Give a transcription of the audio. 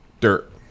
dirt